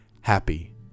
happy